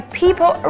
people